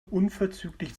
unverzüglich